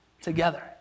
together